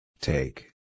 Take